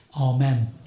Amen